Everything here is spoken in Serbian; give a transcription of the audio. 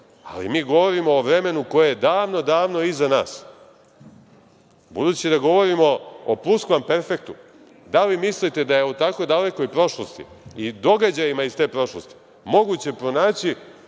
ali mi govorimo o vremenu koje je davno, davno iza nas. Budući da govorimo o pluskvamperfektu, da li mislite da je u tako dalekoj prošlosti i događajima iz te prošlosti, moguće pronaći